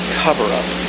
cover-up